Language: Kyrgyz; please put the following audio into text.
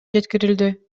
жеткирилди